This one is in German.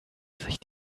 sich